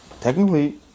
Technically